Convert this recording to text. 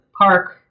park